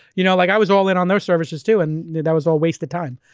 you know like i was all in on their services too and that was all wasted time.